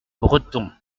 breton